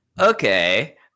Okay